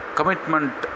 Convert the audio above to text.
Commitment